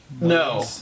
No